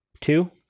Two